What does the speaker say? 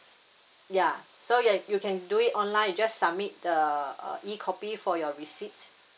ya so ya you can do it online you just submit the uh e copy for your receipt